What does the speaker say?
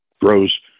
grows